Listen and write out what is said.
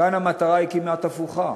כאן המטרה היא כמעט הפוכה: